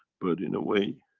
but in a way,